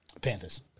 Panthers